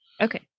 Okay